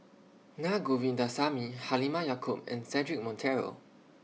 Na Govindasamy Halimah Yacob and Cedric Monteiro